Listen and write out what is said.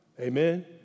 Amen